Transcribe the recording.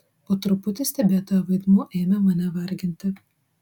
po truputį stebėtojo vaidmuo ėmė mane varginti